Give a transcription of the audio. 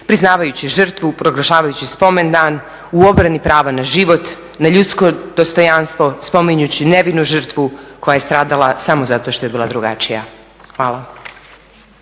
priznavajući žrtvu, proglašavajući spomendan u obrani prava na život, na ljudsko dostojanstvo, spominjući nevinu žrtvu koja je stradala samo zato što je bila drugačija. Hvala.